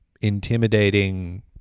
intimidating